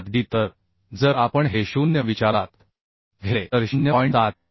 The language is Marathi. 7 डी तर जर आपण हे 0 विचारात घेतले तर 0